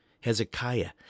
Hezekiah